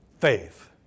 Faith